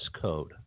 Code